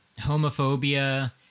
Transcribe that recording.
homophobia